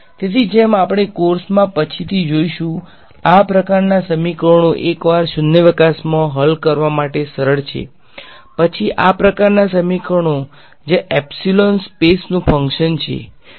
તેથી જેમ આપણે કોર્સમાં પછીથી જોઈશું આ પ્રકારના સમીકરણો એકવાર શૂન્યાવકાશમાં હલ કરવા માટે સરળ છે પછી આ પ્રકારના સમીકરણો જ્યાં એપ્સીલોન સ્પેસ નુ ફંક્શન છે